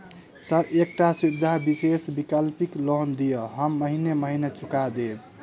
Sir एकटा सुविधा विशेष वैकल्पिक लोन दिऽ हम महीने महीने चुका देब?